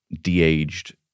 de-aged